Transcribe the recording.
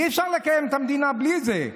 אי-אפשר לקיים את המדינה בלי זה.